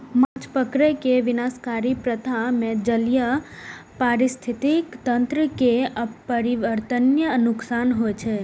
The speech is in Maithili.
माछ पकड़ै के विनाशकारी प्रथा मे जलीय पारिस्थितिकी तंत्र कें अपरिवर्तनीय नुकसान होइ छै